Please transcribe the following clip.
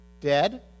Dead